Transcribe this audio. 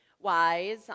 wise